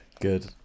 Good